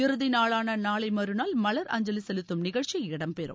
இறுதி நாளான நாளை மறுநாள் மலர் அஞ்சலி செலுத்தும் நிகழ்ச்சி இடம்பெறும்